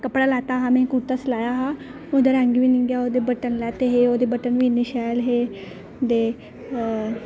कपड़ा लैता हा में कुरता सेआया हा ओह्दा रंग बी निं गेआ ते ओह्दे बटन लैते हे ते ओह्दे बटन बी इन्ने शैल हे ते